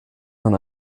man